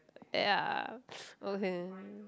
ya okay